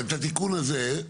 את התיקון הזה,